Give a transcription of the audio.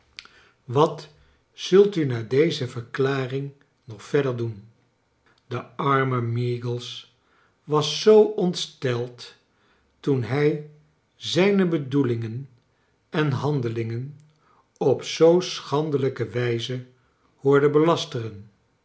wat zult u na deze verklaring nog verder doen de arme meagles was zoo ontsteld toen hij zijne bedoelingen en handelingen op zoo schandelijke wijzehoorde belasteren